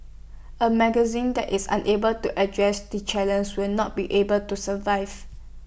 A magazine that is unable to address the challenges will not be able to survive